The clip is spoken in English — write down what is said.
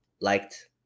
liked